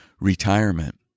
retirement